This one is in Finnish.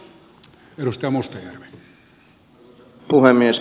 arvoisa puhemies